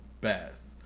best